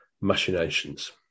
machinations